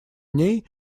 ней